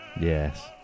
Yes